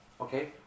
okay